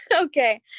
Okay